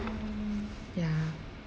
ya